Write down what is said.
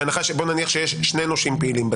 בהנחה שיש שני נושים פעילים בתיק.